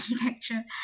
architecture